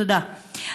תודה.